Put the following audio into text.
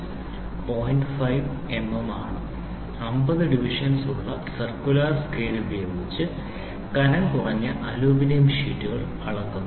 5 mm ആണ് 50 ഡിവിഷനുകൾ ഉള്ള സർക്കുലർ സ്കെയിൽ ഉപയോഗിച്ചു കനം കുറഞ്ഞ അലൂമിനിയം ഷീറ്റുകൾ അളക്കുന്നു